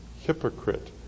hypocrite